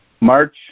March